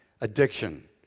addiction